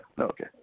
Okay